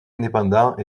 indépendants